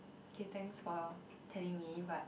thanks for telling me but